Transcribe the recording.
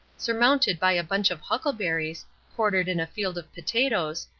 surmounted by a bunch of huckleberries, quartered in a field of potatoes,